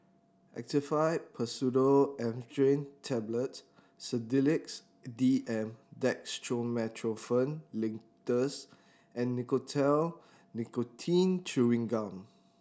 Actifed Pseudoephedrine Tablets Sedilix D M Dextromethorphan Linctus and Nicotinell Nicotine Chewing Gum